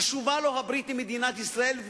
חשובה לו הברית עם מדינת ישראל,